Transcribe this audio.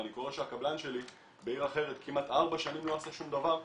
ואני קורא שהקבלן שלי בעיר אחרת כמעט ארבע שנים לא עשה שום דבר,